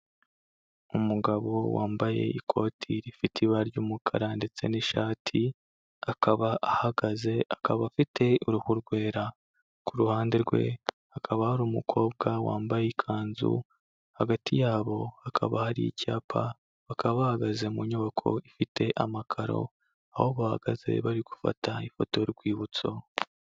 Umugabo wambaye ikoti rifite ibara ry'umukara ndetse n'ishati, akaba ahagaze akaba afite uruhu rwera, ku ruhande rwe hakaba hari umukobwa wambaye ikanzu, hagati yabo hakaba hari icyapa, bakaba bahagaze mu nyubako ifite amakaro aho bahagaze bari gufata ifoto y'urwibutso.